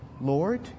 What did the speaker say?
Lord